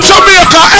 Jamaica